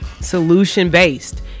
solution-based